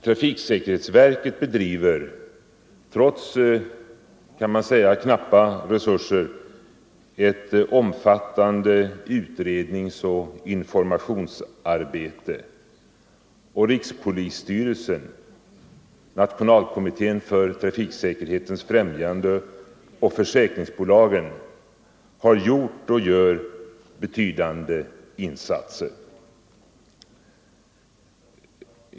Trafiksäkerhetsverket bedriver trots, kan man säga, knappa resurser ett omfattande utredningsoch informationsarbete, och rikspolisstyrelsen, Nationalkommittén för trafiksäkerhetens främjande och försäkringsbolagen har gjort och gör betydande insatser.